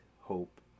hope